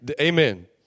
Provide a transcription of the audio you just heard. Amen